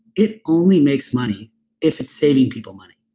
it only makes money if it's saving people money.